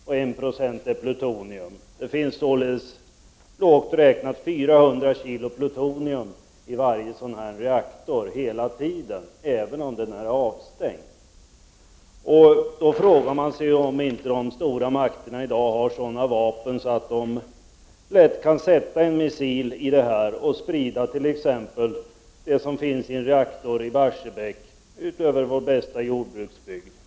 1 96 är plutonium. Det finns således, lågt räknat, 400 kg plutonium i varje reaktor hela tiden, även om den är avstängd. Då frågar man sig om inte de stora makterna i dag har sådana vapen att de lätt med en missil kan träffa reaktorn och sprida det som finns i t.ex. reaktorn i Barsebäck över vår bästa jordbruksbygd.